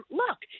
look